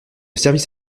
service